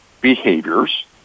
behaviors